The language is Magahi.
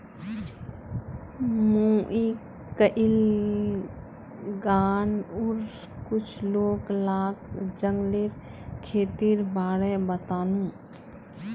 मुई कइल गांउर कुछ लोग लाक जंगलेर खेतीर बारे बतानु